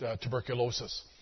tuberculosis